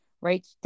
right